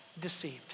deceived